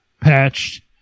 patched